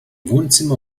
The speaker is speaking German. wohnzimmer